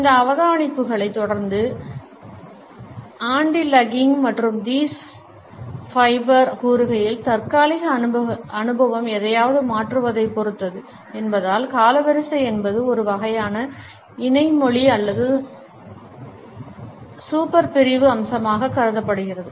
இந்த அவதானிப்புகளைத் தொடர்ந்து ஆண்டி லக்கிங் மற்றும் தீஸ் ஃபைஃபர் கூறுகையில் தற்காலிக அனுபவம் எதையாவது மாற்றுவதைப் பொறுத்தது என்பதால் காலவரிசை என்பது ஒரு வகையான இணை மொழி அல்லது சூப்பர் பிரிவு அம்சமாக கருதப்படுகிறது